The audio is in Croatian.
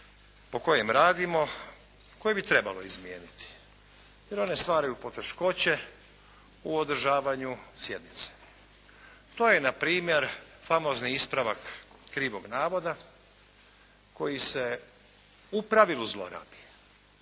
po kojem radimo koje bi trebalo izmijeniti, jer one stvaraju poteškoće u održavanju sjednice. To je na primjer famozni ispravak krivog navoda koji se u pravilu zlorabi.